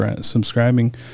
subscribing